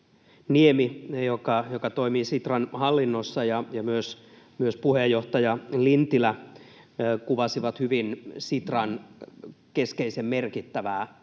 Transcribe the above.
Niemi, joka toimii Sitran hallinnossa, ja myös puheenjohtaja Lintilä kuvasivat hyvin Sitran keskeisen merkittävää